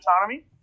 autonomy